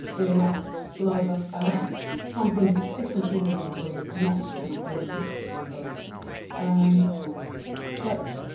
earwax saliva ah come from different windows of the body which are not necessarily connected with the soul um but